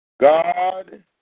God